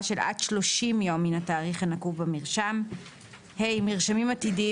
של עד 30 יום מן התאריך הנקוב במרשם; (ה) מרשמים עתידיים